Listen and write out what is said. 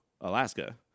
Alaska